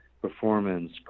performance